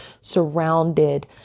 surrounded